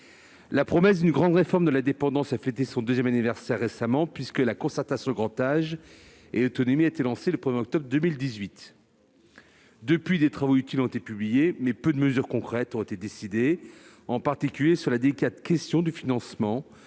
La promesse d'une grande réforme de la dépendance à fêter son deuxième anniversaire récemment, puisque la constatation Grand âge et autonomie a été lancée le 1 octobre 2018. Depuis, des travaux utiles ont été publiés, mais peu de mesures concrètes ont été décidées, en particulier sur la délicate question du financement